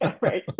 Right